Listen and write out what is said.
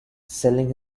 selling